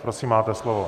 Prosím, máte slovo.